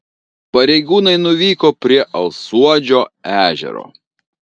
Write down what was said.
pareigūnai nuvyko prie alsuodžio ežero